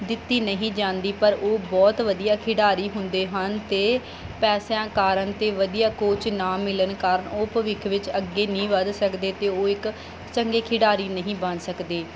ਦਿੱਤੀ ਨਹੀਂ ਜਾਂਦੀ ਪਰ ਉਹ ਬਹੁਤ ਵਧੀਆ ਖਿਡਾਰੀ ਹੁੰਦੇ ਹਨ ਅਤੇ ਪੈਸਿਆਂ ਕਾਰਨ ਅਤੇ ਵਧੀਆ ਕੋਚ ਨਾ ਮਿਲਣ ਕਾਰਨ ਉਹ ਭਵਿੱਖ ਵਿੱਚ ਅੱਗੇ ਨਹੀਂ ਵੱਧ ਸਕਦੇ ਅਤੇ ਉਹ ਇੱਕ ਚੰਗੇ ਖਿਡਾਰੀ ਨਹੀਂ ਬਣ ਸਕਦੇ